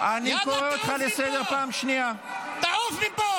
ו"פשע מלחמה"